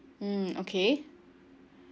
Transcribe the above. mm okay